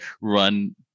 run